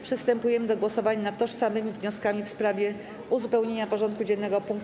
Przystępujemy do głosowania nad tożsamymi wnioskami w sprawie uzupełnienia porządku dziennego o punkt: